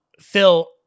Phil